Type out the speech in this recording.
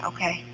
Okay